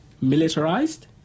militarized